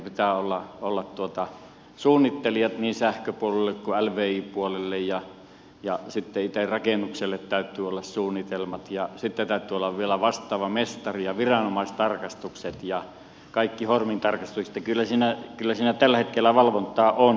pitää olla suunnittelijat niin sähköpuolelle kuin lvi puolelle ja sitten itse rakennukselle täytyy olla suunnitelmat ja sitten täytyy olla vielä vastaava mestari ja viranomaistarkastukset ja kaikki hormintarkastukset niin että kyllä siinä tällä hetkellä valvontaa on